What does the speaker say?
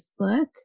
Facebook